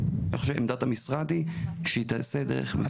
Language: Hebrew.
ועמדת המשרד היא שהיא תיעשה דרך משרד הרווחה.